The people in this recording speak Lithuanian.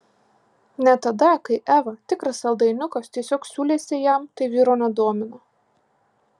net tada kai eva tikras saldainiukas tiesiog siūlėsi jam tai vyro nedomino